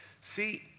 See